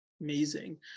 Amazing